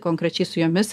konkrečiai su jumis